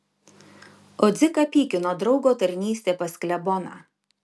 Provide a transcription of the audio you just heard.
o dziką pykino draugo tarnystė pas kleboną